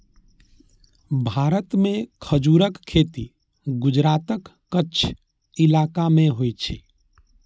भारत मे खजूरक खेती गुजरातक कच्छ इलाका मे होइ छै